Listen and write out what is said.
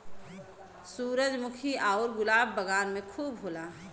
सूरजमुखी आउर गुलाब बगान में खूब होला